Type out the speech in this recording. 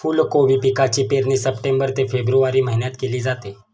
फुलकोबी पिकाची पेरणी सप्टेंबर ते फेब्रुवारी महिन्यात केली जाते